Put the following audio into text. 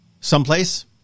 someplace